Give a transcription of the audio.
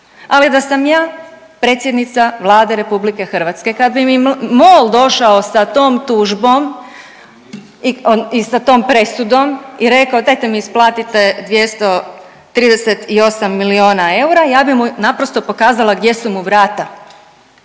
ali da sam ja predsjednica Vlade RH kad bi mi Mol došao sa tom tužbom i sa tom presudom i rekao dajte mi isplatite 238 milijuna eura ja bi mu naprosto pokazala gdje su mu vrata